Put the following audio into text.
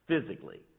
physically